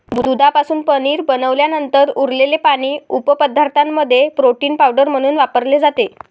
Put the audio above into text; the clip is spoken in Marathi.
दुधापासून पनीर बनवल्यानंतर उरलेले पाणी उपपदार्थांमध्ये प्रोटीन पावडर म्हणून वापरले जाते